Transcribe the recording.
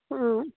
ꯎꯝ